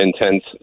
intense